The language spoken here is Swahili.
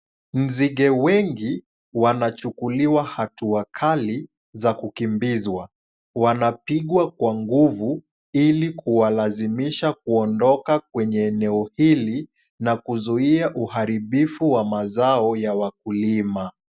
Nzige wengi wanachukuliwa hatua kali za kukimbizwa. Wanapigwa kwa nguvu, ili kuwalazimisha kuondoka kwenye eneo hili, na kuzuia uharibifu wa mazao ya wakulima.